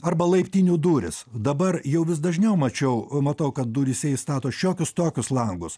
arba laiptinių durys dabar jau vis dažniau mačiau matau kad duryse įstato šiokius tokius langus